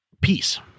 peace